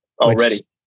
already